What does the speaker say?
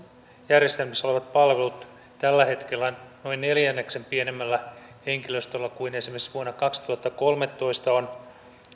järjestelmissä olevat palvelut tällä hetkellä noin neljänneksen pienemmällä henkilöstöllä kuin esimerkiksi vuonna kaksituhattakolmetoista on